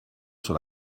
sur